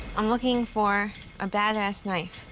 i'm looking for a badass knife.